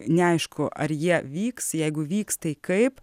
neaišku ar jie vyks jeigu vyks tai kaip